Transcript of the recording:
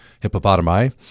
Hippopotami